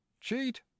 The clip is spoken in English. cheat